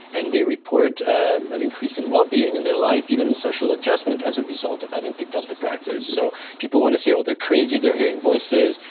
and they report an increase in well being in their life, even in social adjustment as a result of having picked up the practice. so people wanna say, well, they're crazy, they're hearing voices,